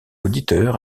auditeur